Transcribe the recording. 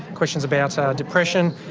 questions about so depression,